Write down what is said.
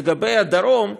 לגבי הדרום,